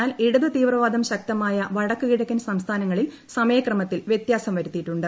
എന്നാൽ ഇടതു തീവ്രവാദ്യ്ശക്തമായ വടക്കു കിഴക്കൻ സംസ്ഥാനങ്ങളിൽ സമയിക്ക്മത്തിൽ വൃത്യാസം വരുത്തിയിട്ടുണ്ട്